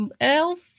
elf